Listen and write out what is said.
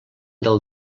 del